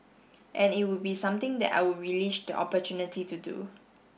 and it would be something that I would relish the opportunity to do